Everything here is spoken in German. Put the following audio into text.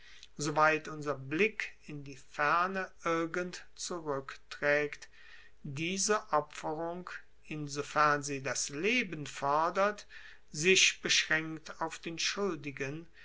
soweit unser blick in die ferne irgend zuruecktraegt diese opferung insofern sie das leben fordert sich beschraenkt auf den schuldigen